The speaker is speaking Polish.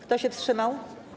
Kto się wstrzymał?